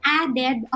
added